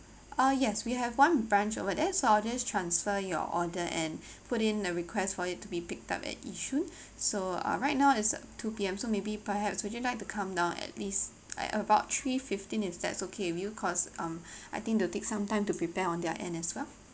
uh yes we have one branch over there so I just transfer your order and put in a request for it to be picked up at yishun so uh right now is two P_M so maybe perhaps would you like to come down at least at about three fifteen is that okay with you cause um I think they will take some time to prepare on their end as well